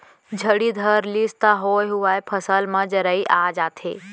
झड़ी धर लिस त होए हुवाय फसल म जरई आ जाथे